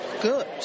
good